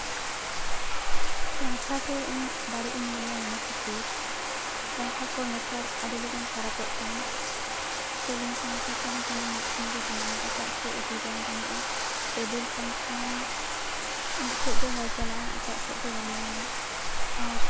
ᱯᱟᱝᱠᱷᱟ ᱫᱚ ᱤᱧ ᱵᱟᱹᱲᱤᱡ ᱤᱧ ᱢᱚᱱᱮᱭᱟ ᱱᱤᱭᱟᱹ ᱠᱷᱟᱹᱛᱤᱨ ᱯᱟᱝᱠᱷᱟ ᱠᱚ ᱱᱮᱛᱟᱨ ᱟᱹᱰᱤ ᱞᱚᱜᱚᱱ ᱠᱷᱟᱨᱟᱯᱚᱜ ᱠᱟᱱᱟ ᱥᱤᱞᱤᱝ ᱯᱟᱝᱠᱷᱟ ᱠᱚᱦᱚᱸ ᱡᱮᱢᱚᱱ ᱢᱤᱫ ᱴᱷᱮᱱ ᱜᱮ ᱛᱟᱦᱮᱱᱟ ᱮᱴᱟᱜ ᱥᱮᱫ ᱤᱫᱤ ᱵᱟᱝ ᱜᱟᱱᱚᱜᱼᱟ ᱴᱮᱵᱤᱞ ᱯᱟᱝᱠᱷᱟ ᱦᱚᱸ ᱢᱤᱫ ᱥᱮᱫ ᱜᱮ ᱦᱚᱭ ᱪᱟᱞᱟᱜᱼᱟ ᱮᱴᱟᱜ ᱥᱮᱫ ᱫᱚ ᱵᱟᱢ ᱧᱟᱢᱟ ᱟᱨ